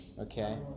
Okay